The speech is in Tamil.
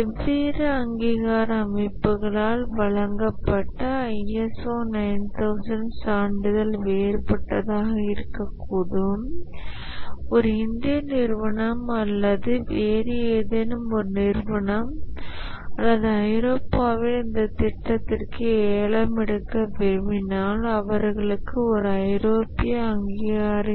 வெவ்வேறு அங்கீகார அமைப்புகளால் வழங்கப்பட்ட ISO 9000 சான்றிதழ் வேறுபட்டதாக இருக்கக்கூடும் ஒரு இந்திய நிறுவனம் அல்லது வேறு ஏதேனும் ஒரு நிறுவனம் அல்லது ஐரோப்பாவில் இந்த திட்டத்திற்கு ஏலம் எடுக்க விரும்பினால் அவர்களுக்கு ஒரு ஐரோப்பிய அங்கீகார